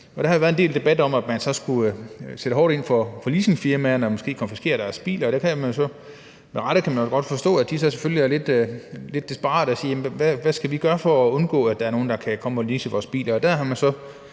Der har været en del debat om, at man så skulle sætte hårdt ind mod leasingfirmaerne og måske konfiskere deres biler, og der kan man jo så – med rette – godt forstå, at de så selvfølgelig er lidt desperate og spørger om, hvad de skal gøre for at undgå, at der kommer nogle vanvidsbilister og leaser deres biler.